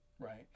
Right